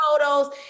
photos